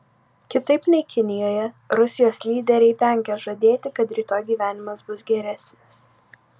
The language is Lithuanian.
kitaip nei kinijoje rusijos lyderiai vengia žadėti kad rytoj gyvenimas bus geresnis